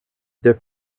their